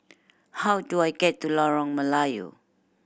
how do I get to Lorong Melayu